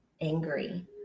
angry